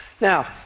Now